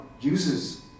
uses